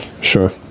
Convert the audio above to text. Sure